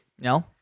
No